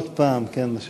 עוד פעם, כן.